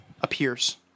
appears